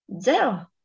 Zero